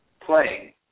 playing